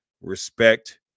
Respect